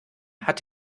hat